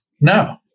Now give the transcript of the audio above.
No